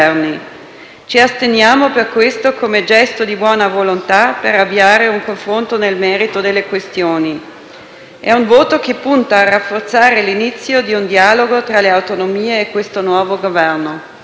Ci asteniamo per questo, come gesto di buona volontà, per avviare un confronto nel merito delle questioni. È un voto che punta a rafforzare l'inizio di un dialogo tra le autonomie e questo nuovo Governo.